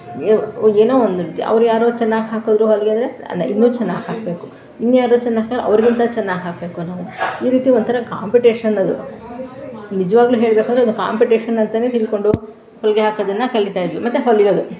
ಏನೋ ಏನೋ ಒಂದು ಅವ್ರು ಯಾರೋ ಚೆನ್ನಾಗ್ ಹಾಕಿದ್ರು ಹೊಲಿಗೆ ಅಂದರೆ ಅಲ್ಲಾ ಇನ್ನೂ ಚೆನ್ನಾಗ್ ಹಾಕಬೇಕು ಇನ್ನು ಯಾರೋ ಚೆನ್ನಾಗ್ ಹಾಕಿದ್ರೆ ಅವರಿಗಿಂತ ಚೆನ್ನಾಗ್ ಹಾಕಬೇಕು ಅನ್ನೋದು ಈ ರೀತಿ ಒಂಥರ ಕಾಂಪಿಟೇಷನ್ ಅದು ನಿಜವಾಗ್ಲೂ ಹೇಳಬೇಕು ಅಂದರೆ ಅದು ಕಾಂಪಿಟೇಷನ್ ಅಂತಲೇ ತಿಳ್ಕೊಂಡು ಹೊಲಿಗೆ ಹಾಕೋದನ್ನು ಕಲಿತಾಯಿದ್ವಿ ಮತ್ತು ಹೊಲಿಯೋದು